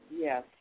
Yes